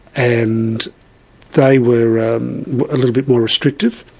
and they were um a little bit more restrictive.